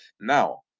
now